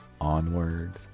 onward